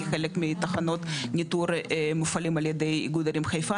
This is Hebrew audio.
כי חלק מתחנות ניטור מופעלים על ידי איגוד ערים חיפה.